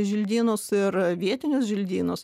želdynus ir vietinius želdynus